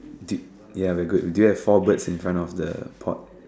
do ya we're good do you have four birds in front of the pot